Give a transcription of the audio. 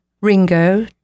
Ringo